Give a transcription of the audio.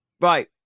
Right